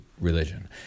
religion